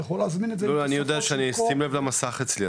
אתה יכול להזמין את זה --- איך אני אשים לב למסך אצלי,